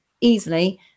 easily